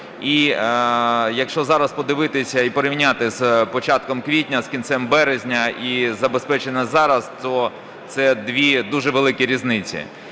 І якщо зараз подивитися і порівняти з початком квітня, кінцем березня і забезпечення зараз, то це дві дуже великі різниці,